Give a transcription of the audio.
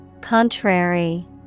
Contrary